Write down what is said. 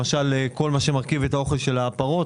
למשל, כל מה שמרכיב את האוכל של הפרות.